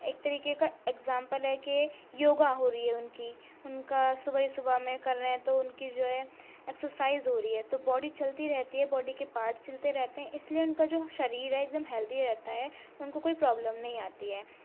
ایک طریقے کا اگزامپل ہے کہ یوگا ہو رہی ہے ان کی ان کا صبح ہی صبح میں کر رہیں تو ان کی جو ہے ایکسرسائز ہو رہی ہے تو باڈی چلتی رہتی ہے باڈی کے پارٹس ہلتے رہتے ہیں اس لیے ان کا جو شریر ہے ایک دم ہیلدی رہتا ہے ان کو کوئی پرابلم نہیں آتی ہے